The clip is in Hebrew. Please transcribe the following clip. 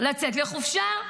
לצאת לחופשה.